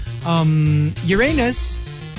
Uranus